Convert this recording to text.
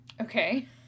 Okay